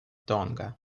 тонга